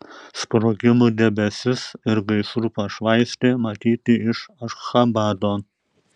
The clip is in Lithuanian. sprogimų debesis ir gaisrų pašvaistė matyti iš ašchabado